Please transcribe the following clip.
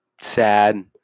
sad